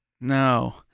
No